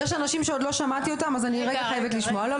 יש אנשים שאני עדיין לא שמעתי ואני רוצה לשמוע, אז